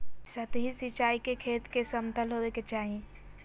सतही सिंचाई के खेत के समतल होवे के चाही